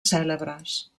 cèlebres